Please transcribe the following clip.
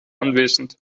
anwesend